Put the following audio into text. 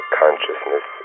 consciousness